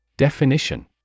Definition